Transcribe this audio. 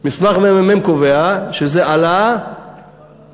מסמך הממ"מ קובע שזה עלה ב-40%,